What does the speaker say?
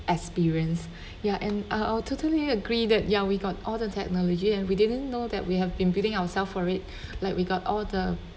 experience ya and uh I'll totally agree that ya we got all the technology and we didn't know that we have been building ourselves for it like we got all the